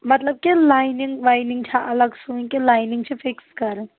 مطلب کہ لاینِگ واینِگ چھا الگ سُوٕنۍ کِنہٕ لایِنِنگ چھ فِکٔس کرٕنۍ